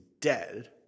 dead